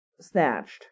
snatched